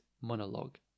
monologue